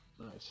nice